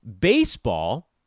baseball